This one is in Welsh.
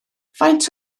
faint